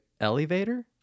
elevator